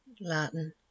Latin